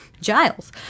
Giles